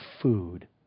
food